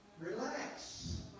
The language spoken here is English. Relax